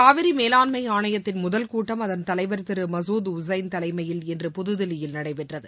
காவிரி மேலாண்மை ஆணையத்தின் முதல் கூட்டம் அதன் தலைவர் திரு மசூத் உசைன் தலைமையில் இன்று புதுதில்லியில் நடைபெற்றது